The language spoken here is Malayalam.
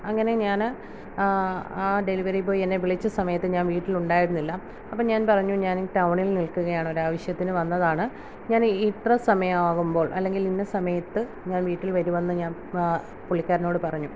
അങ്ങനെ ഞാൻ ആ ഡെലിവറി ബോയ് എന്നെ വിളിച്ച സമയത്തു ഞാൻ വീട്ടിലുണ്ടായിരുന്നില്ല അപ്പോൾ ഞാൻ പറഞ്ഞു ഞാൻ ടൗണിൽ നിൽക്കുകയാണ് ഒരാവശ്യത്തിന് വന്നതാണ് ഞാൻ ഇത്ര സമയമാകുമ്പോൾ അല്ലെങ്കിൽ ഇന്ന സമയത്ത് ഞാൻ വീട്ടിൽ വരുമെന്ന് ഞാൻ പുള്ളിക്കാരനോട് പറഞ്ഞു